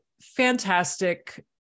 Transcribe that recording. fantastic